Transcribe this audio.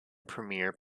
premier